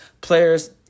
players